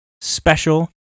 Special